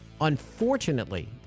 unfortunately